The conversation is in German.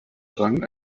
rang